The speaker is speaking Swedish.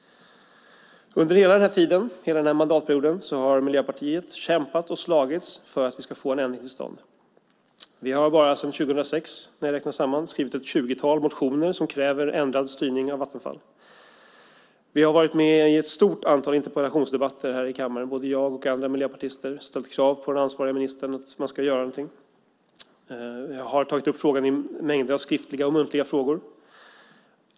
Under hela denna mandatperiod har Miljöpartiet kämpat för att få en ändring till stånd. Bara sedan 2006 har vi skrivit ett tjugotal motioner som kräver ändrad styrning av Vattenfall. Vi har varit med i ett stort antal interpellationsdebatter här i kammaren, både jag och andra miljöpartister, och ställt krav på den ansvariga ministern att göra något. Vi har tagit upp detta i mängder av skriftliga och muntliga frågor.